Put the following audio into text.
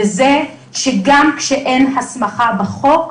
וזה שגם כשאין הסמכה בחוק,